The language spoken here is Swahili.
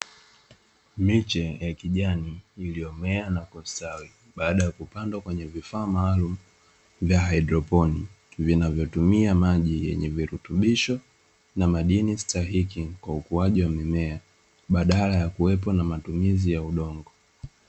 Miche ya kijani iliyomea na kustawi baada ya kupandwa kwenye vifaa maalumu vya haidroponi, vinavyotumia maji yenye virutubisho na madini stahiki, kwa ukuaji wa mimea badala ya kuwepo na matumizi ya udongo.